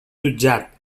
jutjat